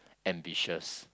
ambitious